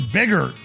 bigger